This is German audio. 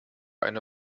eine